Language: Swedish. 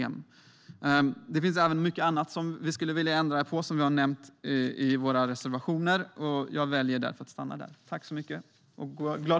I våra reservationer nämns mycket annat som vi skulle vilja ändra på, men jag väljer att sluta här.